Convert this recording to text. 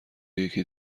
یکی